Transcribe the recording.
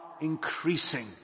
increasing